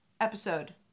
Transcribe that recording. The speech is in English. episode